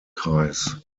kreis